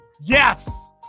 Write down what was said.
Yes